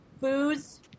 booze